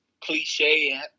cliche